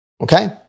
okay